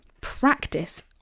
practice